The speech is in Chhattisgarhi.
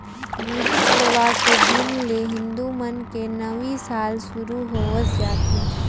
गुड़ी पड़वा के दिन ले हिंदू मन के नवी साल सुरू होवस जाथे